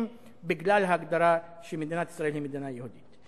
בגלל ההגדרה שמדינת ישראל היא מדינה יהודית.